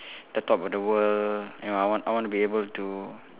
the top of the world you know I want I want to be able to